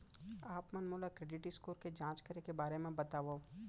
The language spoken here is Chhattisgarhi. आप मन मोला क्रेडिट स्कोर के जाँच करे के बारे म बतावव?